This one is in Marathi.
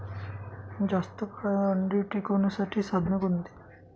जास्त काळ अंडी टिकवण्यासाठी साधने कोणती?